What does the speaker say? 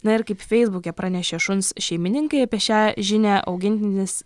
na ir kaip feisbuke pranešė šuns šeimininkai apie šią žinią augintinis